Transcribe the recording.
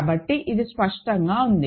కాబట్టి ఇది స్పష్టంగా ఉంది